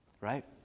right